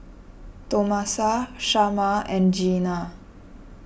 Tomasa Shamar and Jeanna